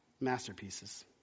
masterpieces